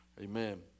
Amen